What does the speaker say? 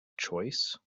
choice